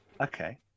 Okay